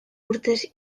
urtez